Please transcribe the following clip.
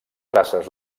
traces